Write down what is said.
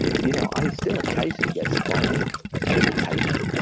you know i still occasionally get spikes of irritation now,